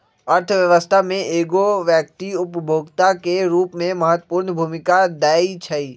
अर्थव्यवस्था में एगो व्यक्ति उपभोक्ता के रूप में महत्वपूर्ण भूमिका दैइ छइ